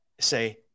say